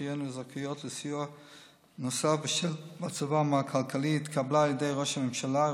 תהיינה זכאיות לסיוע נוסף בשל מצבן הכלכלי התקבלה על ידי ראש הממשלה,